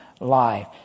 life